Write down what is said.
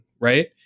Right